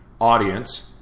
audience